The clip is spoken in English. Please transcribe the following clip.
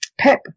Pep